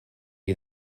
you